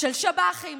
של שב"חים,